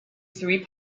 three